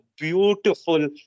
beautiful